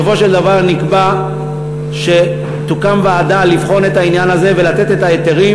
בסופו של דבר נקבע שתוקם ועדה לבחון את העניין הזה ולתת את ההיתרים,